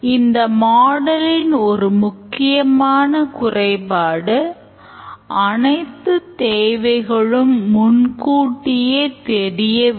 water fall model இன் ஒவ்வொரு நிலைக்குமான உட்புகுதல் மற்றும் வெளியீட்டை காட்டுகிறது